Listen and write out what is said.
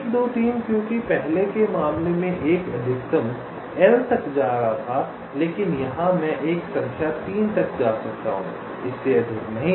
1 2 3 क्योंकि पहले के मामले में I अधिकतम L तक जा रहा था लेकिन यहां मैं एक संख्या 3 तक जा सकता हूं इससे अधिक नहीं